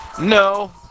No